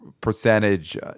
percentage